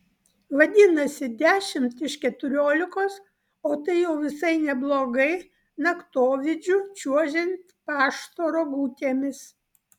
vadinasi dešimt iš keturiolikos o tai jau visai neblogai naktovidžiu čiuožiant pašto rogutėmis